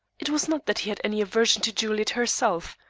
it was not that he had any aversion to juliet herself.